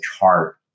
heart